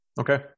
Okay